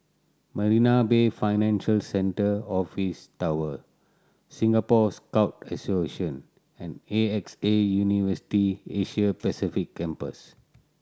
Marina Bay Financial Centre Office Tower Singapore Scout Association and A X A University Asia Pacific Campus